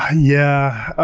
yeah.